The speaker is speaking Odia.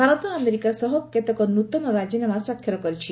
ଭାରତ ଆମେରିକା ସହ କେତେକ ନୃତନ ରାଜିନାମା ସ୍ୱାକ୍ଷର କରିଛି